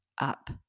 up